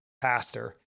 pastor